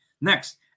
next